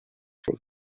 for